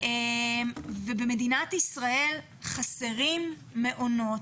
ובמדינת ישראל חסרים מעונות.